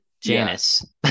janice